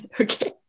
Okay